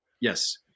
Yes